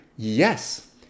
Yes